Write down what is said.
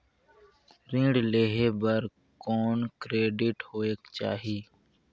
ऋण लेहे बर कौन क्रेडिट होयक चाही?